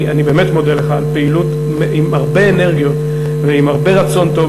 אני באמת מודה לך על פעילות עם הרבה אנרגיות ועם הרבה רצון טוב,